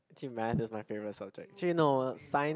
actually math is my favourite subject actually no er science